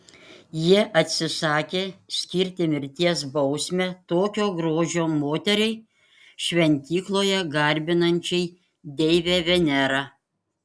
jie atsisakė skirti mirties bausmę tokio grožio moteriai šventykloje garbinančiai deivę venerą